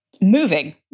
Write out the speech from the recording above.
moving